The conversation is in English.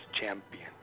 champion